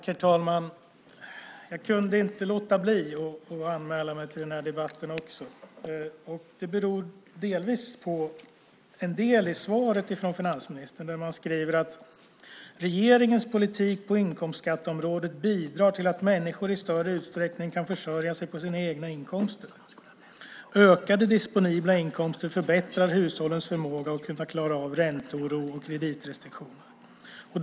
Herr talman! Jag kunde inte låta bli att anmäla mig till den här debatten också. Det beror delvis på en del i svaret från finansministern där man skriver: "Regeringens politik på inkomstskatteområdet bidrar till att människor i större utsträckning kan försörja sig på sina egna inkomster. Ökade disponibla inkomster förbättrar hushållens förmåga att kunna klara av ränteoro och kreditrestriktioner.